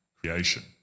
creation